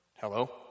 Hello